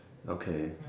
okay